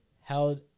held